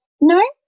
No